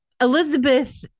Elizabeth